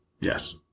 Yes